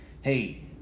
hey